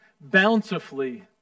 Bountifully